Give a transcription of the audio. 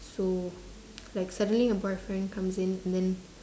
so like suddenly her boyfriend comes in and then